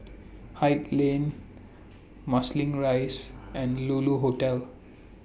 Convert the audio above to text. Haig Lane Marsiling Rise and Lulu Hotel